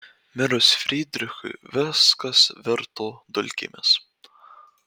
mirus frydrichui viskas virto dulkėmis